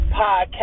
Podcast